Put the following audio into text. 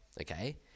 okay